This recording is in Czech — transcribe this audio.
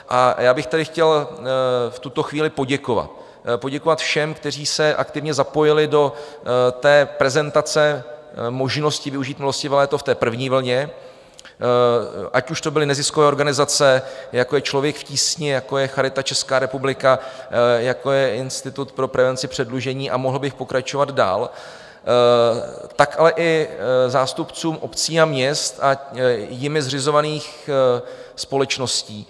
A já bych tady chtěl v tuto chvíli poděkovat poděkovat všem, kteří se aktivně zapojili do prezentace možnosti využít milostivé léto v první vlně, ať už to byly neziskové organizace, jako je Člověk v tísni, jako je Charita ČR, jako je Institut pro prevenci předlužení, a mohl bych pokračovat dál, tak ale i zástupcům obcí a měst a jimi zřizovaných společností.